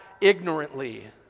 ignorantly